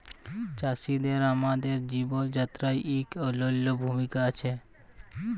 চাষীদের আমাদের জীবল যাত্রায় ইক অলল্য ভূমিকা আছে